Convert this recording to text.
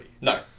no